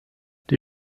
die